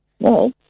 No